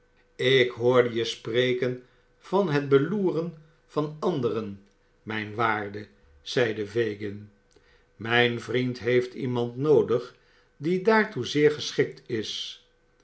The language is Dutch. ik hoorde je spreken van het beloeren van anderen mijn waarde zeide fagin mijn vriend heeft iemand noodig die daartoe zeer geschikt is